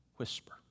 Whisper